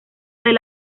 del